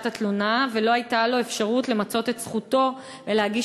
התלונה ולא הייתה לו אפשרות למצות את זכותו ולהגיש